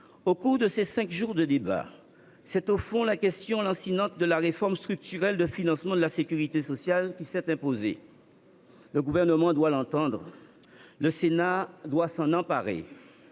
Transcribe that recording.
Au cours de ces cinq jours de débats, c’est au fond la question lancinante de la refonte structurelle du financement de la sécurité sociale qui s’est imposée. Le Gouvernement doit l’entendre. Le Sénat doit s’en emparer.